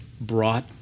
brought